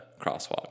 crosswalk